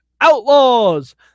Outlaws